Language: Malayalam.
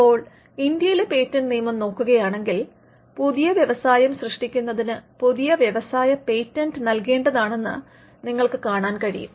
ഇപ്പോൾ ഇന്ത്യയിലെ പേറ്റന്റ് നിയമം നോക്കുകയാണെങ്കിൽ പുതിയ വ്യവസായം സൃഷ്ടിക്കുന്നതിന് പുതിയ വ്യവസായ പേറ്റന്റ് നൽകേണ്ടതാണെന്നു നിങ്ങൾക്ക് കാണാൻ കഴിയും